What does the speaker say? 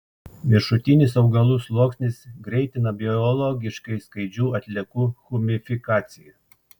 viršutinis augalų sluoksnis greitina biologiškai skaidžių atliekų humifikaciją